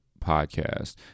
podcast